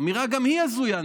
אמירה שגם היא הזויה.